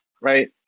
right